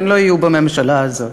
הן לא יהיו בממשלה הזאת.